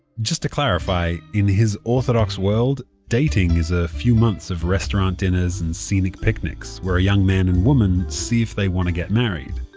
just to clarify, in his orthodox world, dating is a few months of restaurant dinners and scenic picnics, where a young man and woman see if they want to get married.